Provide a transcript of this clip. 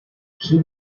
she